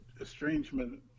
estrangement